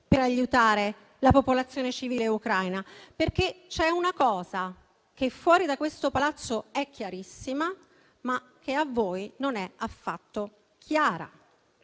per aiutare la popolazione civile ucraina. C'è infatti una cosa che fuori da questo Palazzo è chiarissima, ma che a voi non è affatto chiara: